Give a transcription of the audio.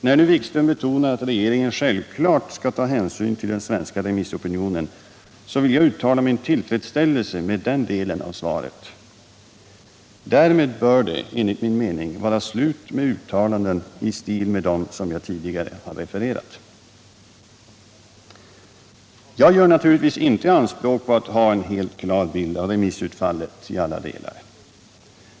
När nu Wikström betonar att regeringen självfallet skall ta hänsyn till den svenska remissopinionen, vill jag uttala min tillfredsställelse med den delen av svaret. Därmed bör det, enligt min mening, vara slut med uttalanden i stil med dem jag tidigare refererat. Jag gör naturligtvis inte anspråk på att ha en helt klar bild av remissutfallet i alla delar.